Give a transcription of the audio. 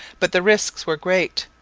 but the risks were great,